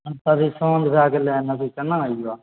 अब तऽ अभी साँझ भए गेलै अभी केना अइए